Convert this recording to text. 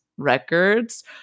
Records